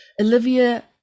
Olivia